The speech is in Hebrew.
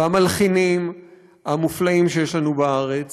המלחינים המופלאים שיש לנו בארץ.